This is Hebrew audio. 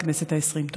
בכנסת הכנסת.